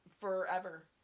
forever